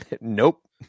Nope